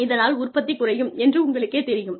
இதனால் உற்பத்தி குறையும் என்று உங்களுக்குத் தெரியும்